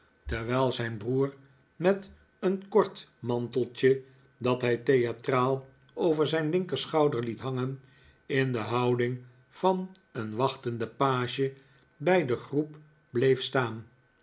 terwijl zijn broer met een kort manteltje dat hij theatraal over zijn linkerschouder liet hangen in de houding van een wachtenden page bij de groep bleef staan